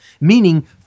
meaning